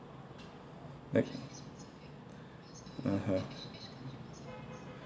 like (uh huh)